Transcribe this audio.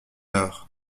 heure